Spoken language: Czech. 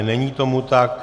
Není tomu tak.